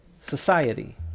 society